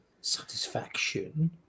satisfaction